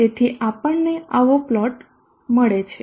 તેથી આપણને આવો પ્લોટ મળે છે